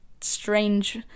strange